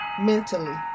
mentally